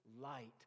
light